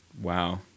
Wow